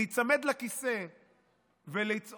להיצמד לכיסא ולצעוק